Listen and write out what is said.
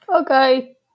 Okay